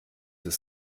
des